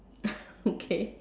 okay